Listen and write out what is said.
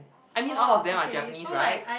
I mean all of them are Japanese right